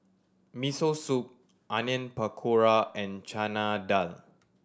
Miso Soup Onion Pakora and Chana Dal